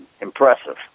impressive